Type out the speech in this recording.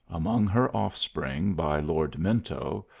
among her offspring by lord minto,